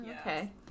okay